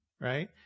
right